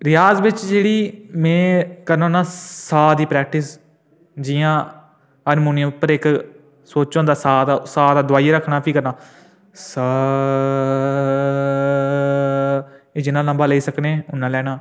रियाज बिच जेह्ड़ी में करना होन्ना साऽ दी प्रैक्टिस जि'यां हारमोनियम उप्पर इक सुच्च होंदा साऽ दा साऽ दा दबाइयै रक्खना भी करना साऽऽऽऽऽ एह् जिन्ना लम्मा लेई सकने उन्ना लैना